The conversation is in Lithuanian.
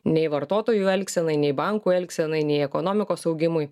nei vartotojų elgsenai nei bankų elgsenai nei ekonomikos augimui